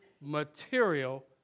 material